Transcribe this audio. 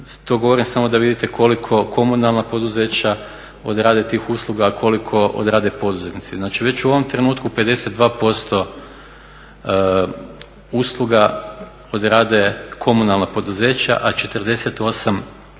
To govorim samo da vidite koliko komunalna poduzeća odrade tih usluga, a koliko odrade poduzetnici. Znači, već u ovom trenutku 52% usluga odrade komunalna poduzeća, a 48%